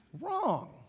Wrong